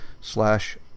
slash